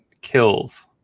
kills